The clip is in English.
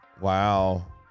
Wow